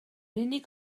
unig